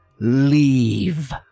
leave